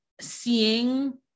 seeing